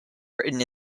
written